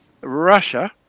Russia